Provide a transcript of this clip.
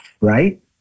right